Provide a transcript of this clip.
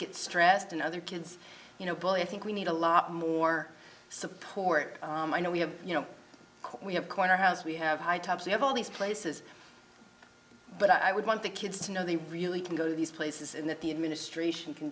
get stressed and other kids you know bully i think we need a lot more support i know we have you know we have corner house we have high tops we have all these places but i would want the kids to know they really can go to these places and that the administration can